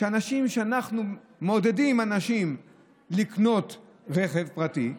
שאנחנו מעודדים אנשים לקנות רכב פרטי,